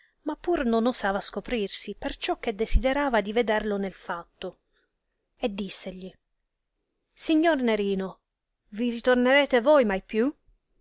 ma pur non osava scoprirsi perciò che desiderava di vederlo nel fatto e dissegli signor nerino vi ritornarete voi mai più